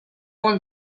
one